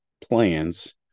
plans